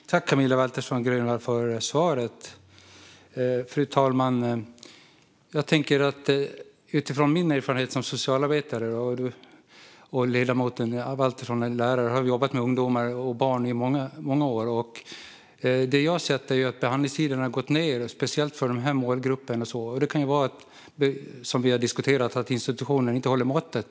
Fru talman! Tack, Camilla Waltersson Grönvall, för svaret! Jag har erfarenhet som socialarbetare, och ledamoten Waltersson är lärare och har jobbat med ungdomar och barn i många år. Det jag har sett är att behandlingstiderna har gått ned, speciellt för den här målgruppen. Det kan vara så som vi har diskuterat: att institutionen inte håller måttet.